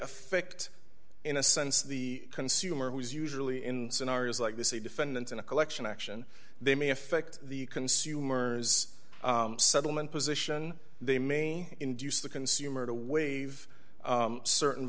affect in a sense the consumer who is usually in scenarios like this a defendant in a collection action they may affect the consumer's settlement position they may induce the consumer to waive certain